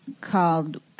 called